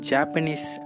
Japanese